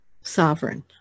sovereign